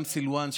גם סילוואן,